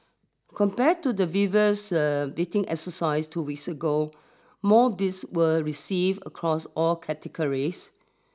compared to the previous bidding exercise two weeks ago more bids were received across all categories